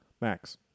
Max